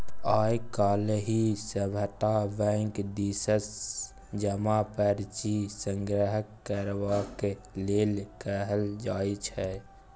आय काल्हि सभटा बैंक दिससँ जमा पर्ची संग्रह करबाक लेल कहल जाइत छै